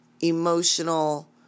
emotional